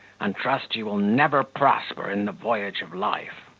and trust you will never prosper in the voyage of life.